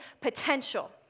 potential